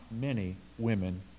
many-women